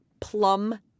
Plum